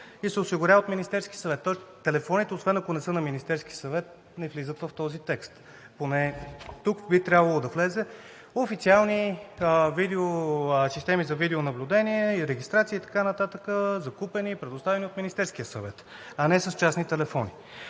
и се осигурява от Министерския съвет. Тоест телефоните, освен ако не са на Министерския съвет, не влизат в този текст. Тук би трябвало да влезе „официални системи за видеонаблюдение, регистрация и така нататък, закупени и предоставени от Министерския съвет“, а не с частни телефони.